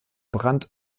brand